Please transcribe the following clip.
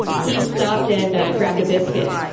he stopped and grabbed a biscuit,